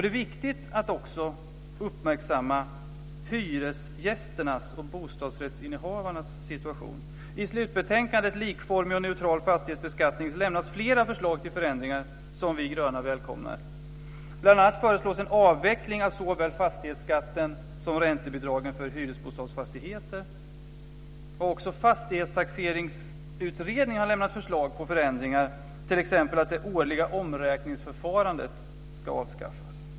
Det är viktigt att också uppmärksamma hyresgästernas och bostadsrättsinnehavarnas situation. I slutbetänkandet Likformig och neutral fastighetsbeskattning lämnas flera förslag till förändringar som vi gröna välkomnar. Bl.a. föreslås en avveckling av såväl fastighetsskatten som räntebidragen för hyresbostadsfastigheter. Också Fastighetstaxeringsutredningen har lämnat förslag till förändringar, t.ex. att det årliga omräkningsförfarandet ska avskaffas.